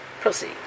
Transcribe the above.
Proceed